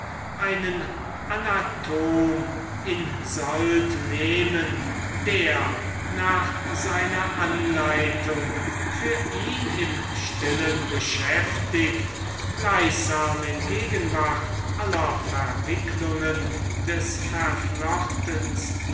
einen anatomen in sold nehmen der nach seiner anleitung für ihn im stillen beschäftigt gleichsam in gegenwart aller verwicklungen des verflochtensten